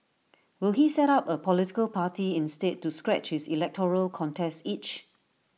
will he set up A political party instead to scratch his electoral contest itch